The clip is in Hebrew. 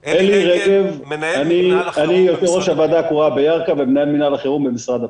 אני ראש הוועדה הקרואה בירכא ומנהל מינהל החירום במשרד הפנים.